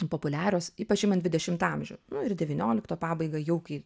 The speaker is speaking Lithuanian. populiarios ypač imant dvidešimtą amžių nu ir devyniolikto pabaigą jau kai